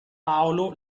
paolo